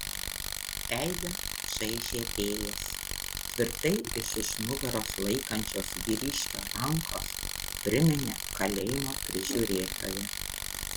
veidą čaižė vėjas tvirtai iš už nugaros laikančios vyriškio rankos priminė kalėjimo prižiūrėtoją